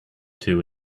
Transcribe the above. two